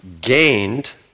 gained